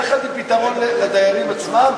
יחד עם פתרון לדיירים עצמם,